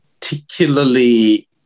particularly